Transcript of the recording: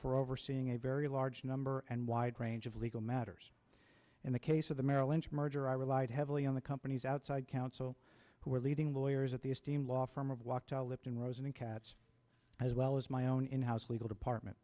for overseeing a very large number and wide range of legal matters in the case of the merrill lynch merger i relied heavily on the company's outside counsel who were leading lawyers at the esteemed law firm of walked lipton rosen and katz as well as my own in house legal department